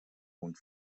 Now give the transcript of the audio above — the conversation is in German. und